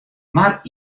mar